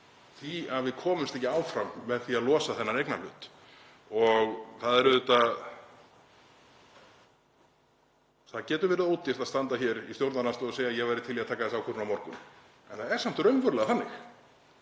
því að við komumst ekki áfram með því að losa þennan eignarhlut. Það getur verið ódýrt að standa hér í stjórnarandstöðu og segja að ég væri til í að taka þessa ákvörðun á morgun en það er samt raunverulega þannig